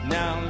Now